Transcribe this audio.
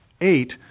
Eight